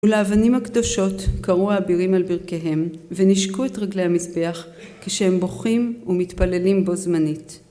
ולאבנים הקדושות כרעו האבירים על ברכיהם ונשקו את רגלי המזבח כשהם בוכים ומתפללים בו זמנית